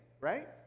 right